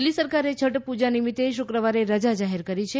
દિલ્હી સરકારે છઠ પુજા નિમિત્તે શુક્રવારે રજા જાહેર કરી છે